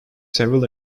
several